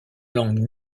langue